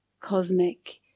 cosmic